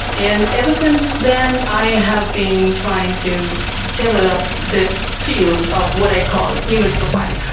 and ever since then, i have been trying to develop this field of what i call human profiling,